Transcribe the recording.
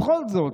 "ובכל זאת,